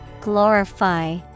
Glorify